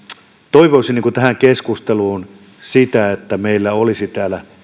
toivoisin tähän keskusteluun sitä että meillä olisi täällä